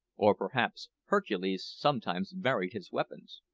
or perhaps hercules sometimes varied his weapons.